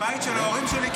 בבית של ההורים שלי,